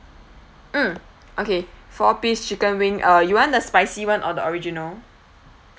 mm okay four piece chicken wing uh you want the spicy one or the original